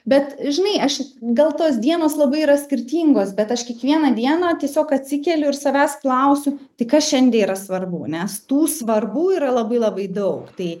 bet žinai aš gal tos dienos labai yra skirtingos bet aš kiekvieną dieną tiesiog atsikeliu ir savęs klausiu tai kas šiandien yra svarbu nes tų svarbų yra labai labai daug tai